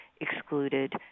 excluded